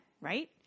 right